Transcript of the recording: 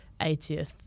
80th